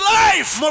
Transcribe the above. life